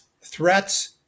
threats